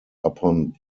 upon